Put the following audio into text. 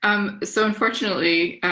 um so unfortunately,